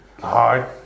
hard